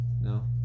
No